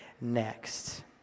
next